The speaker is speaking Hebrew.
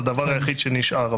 זה הדבר היחיד שנשאר,